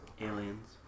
Aliens